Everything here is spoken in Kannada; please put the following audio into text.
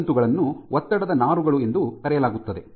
ಈ ತಂತುಗಳನ್ನು ಒತ್ತಡದ ನಾರುಗಳು ಎಂದು ಕರೆಯಲಾಗುತ್ತದೆ